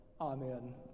Amen